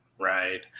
Right